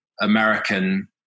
American